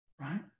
right